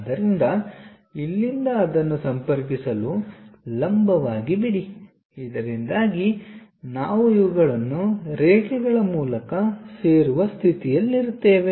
ಆದ್ದರಿಂದ ಇಲ್ಲಿಂದ ಅದನ್ನು ಸಂಪರ್ಕಿಸಲು ಲಂಬವಾಗಿ ಬಿಡಿ ಇದರಿಂದಾಗಿ ನಾವು ಇವುಗಳನ್ನು ರೇಖೆಗಳ ಮೂಲಕ ಸೇರುವ ಸ್ಥಿತಿಯಲ್ಲಿರುತ್ತೇವೆ